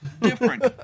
different